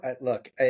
look